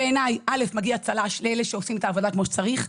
בעיניי מגיע צל"ש לאלה שעושים את העבודה כמו שצריך,